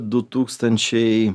du tūkstančiai